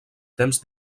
temps